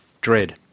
dread